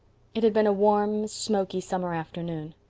it had been a warm, smoky summer afternoon.